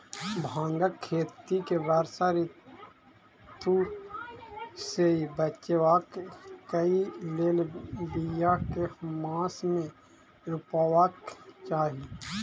भांगक खेती केँ वर्षा ऋतु सऽ बचेबाक कऽ लेल, बिया केँ मास मे रोपबाक चाहि?